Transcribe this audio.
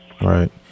Right